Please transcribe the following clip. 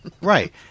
right